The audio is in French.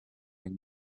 une